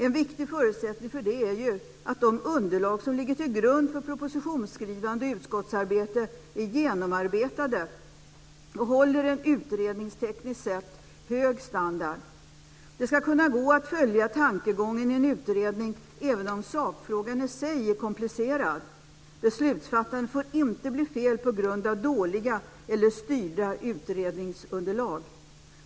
En viktig förutsättning för det är ju att de underlag som ligger till grund för propositionsskrivande och utskottsarbete är genomarbetade och håller en utredningstekniskt sett hög standard. Det ska kunna gå att följa tankegången i en utredning, även om sakfrågan i sig är komplicerad. Beslutsfattandet får inte bli fel på grund av dåliga eller styrda utredningsunderlag.